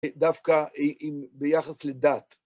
דווקא ביחס לדת.